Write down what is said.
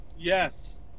Yes